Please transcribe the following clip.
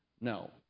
No